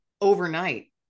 overnight